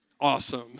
Awesome